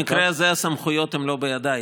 במקרה הזה הסמכויות הן לא בידיי.